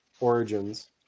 origins